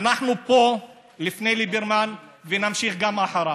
אנחנו פה לפני ליברמן ונמשיך גם אחריו.